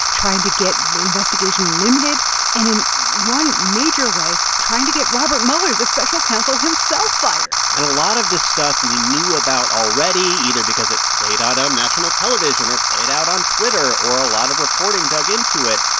trying to get the investigation limited and in one major way, trying to get robert mueller, the special counsel himself, fired and a lot of this stuff we knew about already, either because it played out on national television or played out on twitter. or a lot of reporting dug into it.